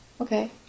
okay